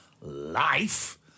life